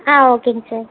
ஆ ஓகேங்க சார்